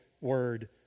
word